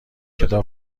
کتاب